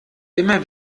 immer